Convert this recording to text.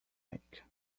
make